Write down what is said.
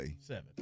Seven